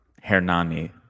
Hernani